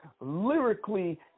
lyrically